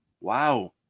Wow